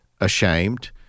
ashamed